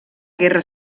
guerra